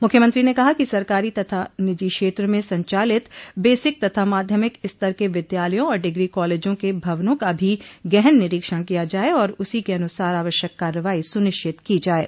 मुख्यमंत्री ने कहा कि सरकारी तथा निजी क्षेत्र में संचालित बेसिक तथा माध्यमिक स्तर के विद्यालयों और डिग्री कालेजों के भवनों का भी गहन निरीक्षण किया जाये और उसी के अनुसार आवश्यक कार्रवाई सुनिश्चित की जाये